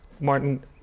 Martin